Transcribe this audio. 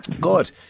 Good